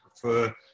prefer